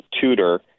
tutor